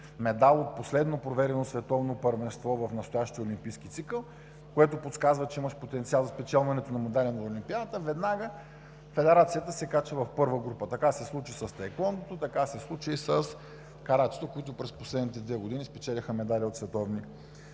медал от последно проведено световно първенство в настоящия олимпийски цикъл, което подсказва, че имаш потенциал за спечелването на медали на Олимпиадата, веднага федерацията се качва в първа група. Така се случи с таекуондото, така се случи и с каратето, които през последните две години спечелиха медали от световни